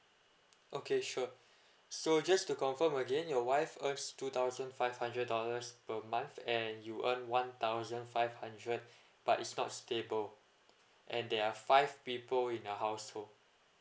okay sure so just to confirm again your wife earns two thousand five hundred dollars per month and you earn one thousand five hundred but it's not stable and there are five people in your household